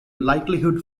likelihood